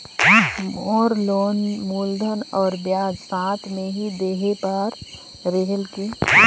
मोर loan मूलधन और ब्याज साथ मे ही देहे बार रेहेल की?